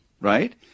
right